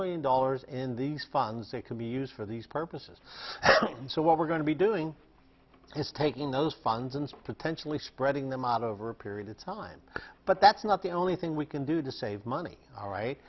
million dollars in these funds that can be used for these purposes so what we're going to be doing is taking those funds and potentially spreading them out over a period of time but that's not the only thing we can do to save money all right